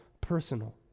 personal